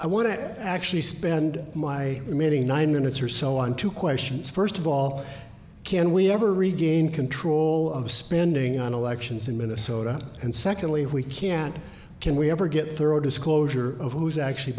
i want to actually spend my remaining nine minutes or so on two questions first of all can we ever regain control of spending on elections in minnesota and secondly if we can't can we ever get throat disclosure of who is actually